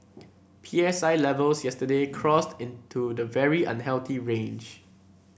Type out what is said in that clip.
P S I levels yesterday crossed into the very unhealthy range